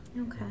okay